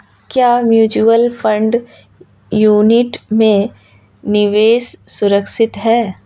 क्या mutual fund unit में निवेश सुरक्षित है?